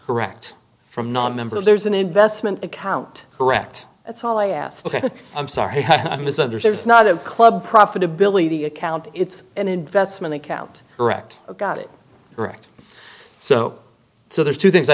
direct from nonmembers there's an investment account correct that's all i ask ok i'm sorry i misunderstood it's not a club profitability account it's an investment account correct got it correct so so there's two things i